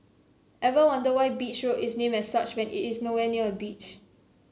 ever wonder why Beach Road is named as such when it is nowhere near a beach